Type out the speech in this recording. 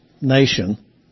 nation